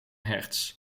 hertz